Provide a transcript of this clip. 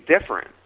different